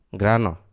grano